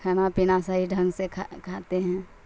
کھانا پینا صحیح ڈھنگ سے کھا کھاتے ہیں